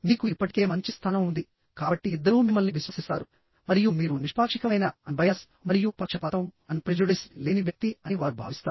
మీకు ఇప్పటికే మంచి స్థానం ఉంది కాబట్టి ఇద్దరూ మిమ్మల్ని విశ్వసిస్తారు మరియు మీరు నిష్పాక్షికమైన మరియు పక్షపాతం లేని వ్యక్తి అని వారు భావిస్తారు